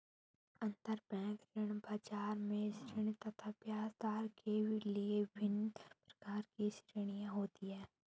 अंतरबैंक ऋण बाजार में ऋण तथा ब्याजदर के लिए विभिन्न प्रकार की श्रेणियां होती है